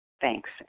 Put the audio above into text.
Thanks